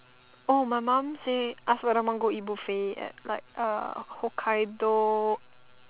oh my mom say ask whether want go eat buffet at like uh Hokkaido